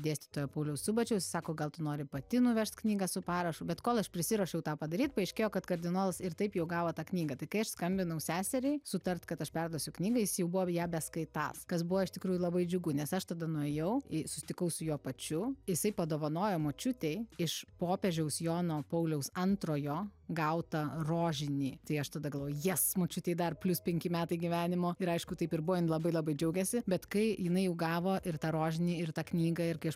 dėstytojo pauliaus subačiaus jis sako gal tu nori pati nuvežt knygą su parašu bet kol aš prisiruošiau tą padaryt paaiškėjo kad kardinolas ir taip jau gavo tą knygą tai kai aš skambinau seseriai sutart kad aš perduosiu knygą jis jau buvo ją beskaitąs kas buvo iš tikrųjų labai džiugu nes aš tada nuėjau į susitikau su juo pačiu jisai padovanojo močiutei iš popiežiaus jono pauliaus antrojo gautą rožinį tai aš tada galvojau jes močiutei dar plius penki metai gyvenimo ir aišku taip ir buvo jis labai labai džiaugėsi bet kai jinai jau gavo ir tą rožinį ir tą knygą ir kai aš